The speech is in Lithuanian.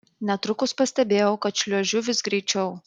netrukus pastebėjau kad šliuožiu vis greičiau